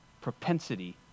propensity